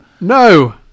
No